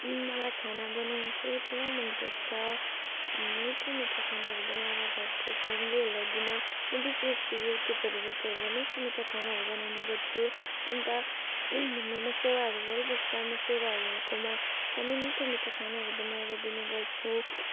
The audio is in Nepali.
मलाई खाना बनाउनु चैँ पुरा मन पर्छ मिठो मिठो खानाहरू बनाएर घरको फ्यामिलीहरूलाई दिन म विशेष चाहिँ युट्युबहरूबाट हेरेर मिठो मिठो खानाहरू बनाउने गर्छु अन्त हाम्रोमा सेवाहरू भइबस्छ म सेवाहरूकोमा पनि मिठो मिठो खानाहरू बनाएर दिने गर्छु